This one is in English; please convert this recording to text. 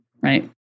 right